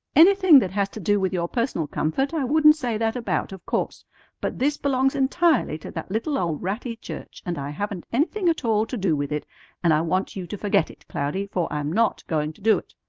anything that has to do with your personal comfort i wouldn't say that about, of course but this belongs entirely to that little old ratty church, and i haven't anything at all to do with it and i want you to forget it, cloudy, for i'm not going to do it!